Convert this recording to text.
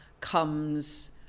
comes